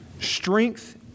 strength